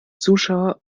zuschauer